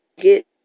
get